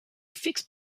fixed